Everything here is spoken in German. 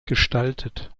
gestaltet